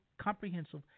comprehensive